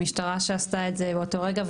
המשטרה שעשתה את זה באותו רגע,